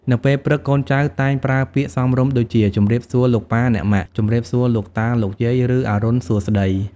នៅពេលព្រឹក កូនចៅតែងប្រើពាក្យសមរម្យដូចជា ជម្រាបសួរលោកប៉ាអ្នកម៉ាក់ ជំរាបសួរលោកតាលោកយាយ ឬ អរុណសួស្តី។